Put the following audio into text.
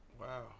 Wow